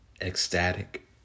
ecstatic